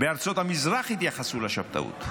בארצות המזרח התייחסו לשבתאות,